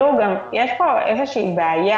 יש פה איזה בעיה.